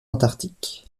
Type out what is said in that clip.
antarctique